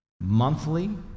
monthly